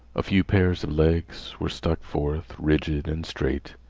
a few pairs of legs were stuck forth, rigid and straight.